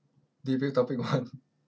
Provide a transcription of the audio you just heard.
debate topic one